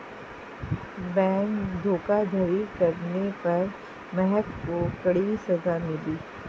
bank धोखाधड़ी करने पर महक को कड़ी सजा मिली